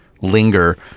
linger